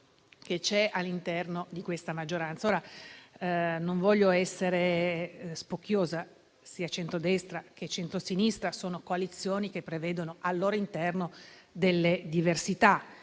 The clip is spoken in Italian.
all'interno di questa maggioranza. Non voglio essere spocchiosa: sia il centrodestra che il centrosinistra sono coalizioni che prevedono al loro interno delle diversità,